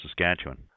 saskatchewan